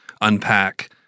unpack